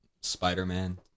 Spider-Man